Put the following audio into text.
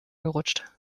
gerutscht